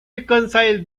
reconcile